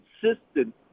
consistent